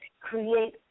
create